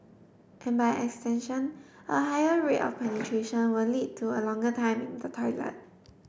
and by extension a higher rate of penetration will lead to a longer time in the toilet